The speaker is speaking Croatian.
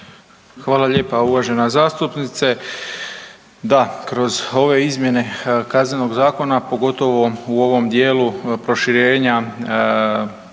Hvala lijepa uvažena zastupnice. Da, kroz ove izmjene KZ-a pogotovo u ovom dijelu proširenju